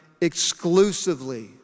exclusively